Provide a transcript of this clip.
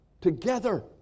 together